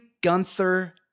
Gunther